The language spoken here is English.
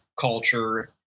culture